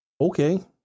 okay